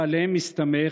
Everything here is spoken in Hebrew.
ועליהם מסתמך.